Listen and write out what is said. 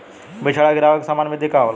बिचड़ा गिरावे के सामान्य विधि का होला?